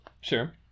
sure